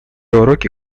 уроки